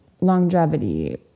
Longevity